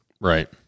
Right